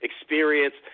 experience